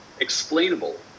explainable